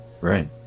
Right